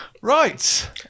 right